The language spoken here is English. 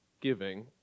giving